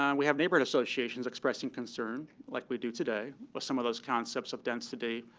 um we have neighborhood associations expressing concern, like we do today, with some of those concepts of density.